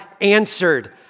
answered